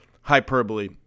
hyperbole